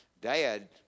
Dad